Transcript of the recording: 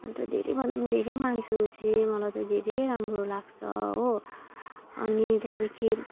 अन्त धेरैभन्दा धेरै मान्छु ऊ चाहिँ मलाई चाहिँ धेरै राम्रो लाग्छ हो अनि त्यहाँदेखि